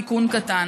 תיקון קטן: